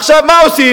עכשיו, מה עושים?